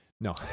no